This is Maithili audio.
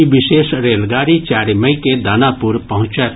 ई विशेष रेलगाड़ी चारि मई के दानापुर पहुंचत